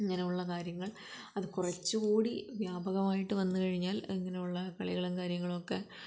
ഇങ്ങനെയുള്ള കാര്യങ്ങൾ അത് കുറച്ച് കൂടി വ്യാപകമായിട്ട് വന്ന് കഴിഞ്ഞാൽ ഇങ്ങനുള്ള കളികളും കാര്യങ്ങളുമൊക്കെ